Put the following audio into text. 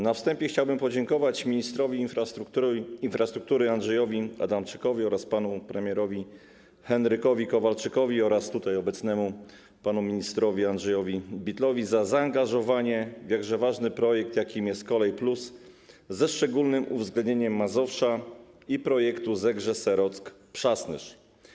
Na wstępie chciałbym podziękować ministrowi infrastruktury Andrzejowi Adamczykowi, panu premierowi Henrykowi Kowalczykowi oraz obecnemu tutaj panu ministrowi Andrzejowi Bittelowi za zaangażowanie w jakże ważny projekt, jakim jest ˝Kolej+˝, ze szczególnym uwzględnieniem Mazowsza i projektu Zegrze - Serock - Przasnysz.